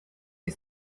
you